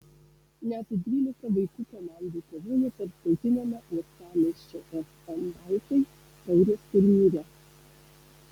net dvylika vaikų komandų kovojo tarptautiniame uostamiesčio fm baltai taurės turnyre